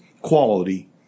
quality